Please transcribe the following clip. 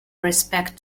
respect